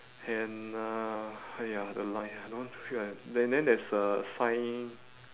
and uh !haiya! the line I don't feel like then then there's a sign